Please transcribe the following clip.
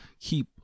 keep